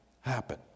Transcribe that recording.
happen